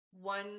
one